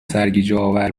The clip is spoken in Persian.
سرگیجهآور